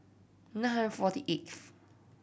nine hundred forty eighth